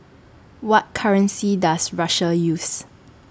What currency Does Russia use